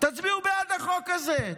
תצביעו בעד החוק הזה.